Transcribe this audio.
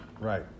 right